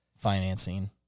Financing